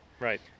Right